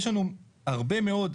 יש לנו הרבה מאוד,